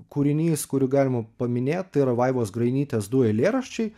kūrinys kurį galima paminėt tai yra vaivos grainytės du eilėraščiai